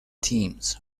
teams